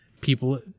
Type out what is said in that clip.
People